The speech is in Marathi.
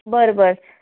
बरं बरं